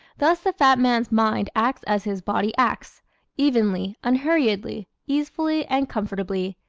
thus the fat man's mind acts as his body acts evenly, unhurriedly, easefully and comfortably.